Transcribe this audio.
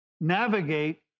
navigate